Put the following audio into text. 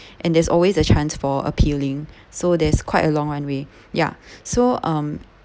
and there's always a chance for appealing so there's quite a long runway ya so um